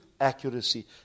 accuracy